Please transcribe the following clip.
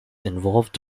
involved